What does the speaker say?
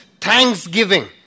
thanksgiving